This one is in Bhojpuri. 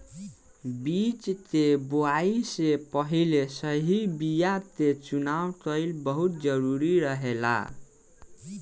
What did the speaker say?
बीज के बोआई से पहिले सही बीया के चुनाव कईल बहुत जरूरी रहेला